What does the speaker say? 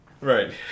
Right